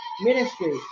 ministry